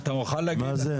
אתה מוכן להגיד?